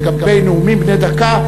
לגבי נאומים בני דקה,